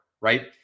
right